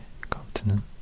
continent